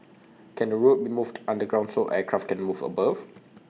can the road be moved underground so aircraft can move above